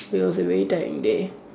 it was a very tiring day